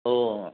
हो